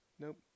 Nope